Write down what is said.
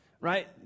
Right